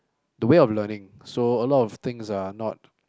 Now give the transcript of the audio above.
the way of learning so a lot of things are not